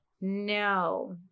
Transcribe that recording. No